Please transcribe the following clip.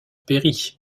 péri